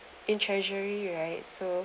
in treasury right so